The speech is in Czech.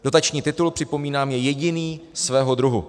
Dotační titul, připomínám, je jediný svého druhu.